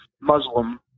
Muslim